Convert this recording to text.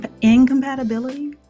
Incompatibility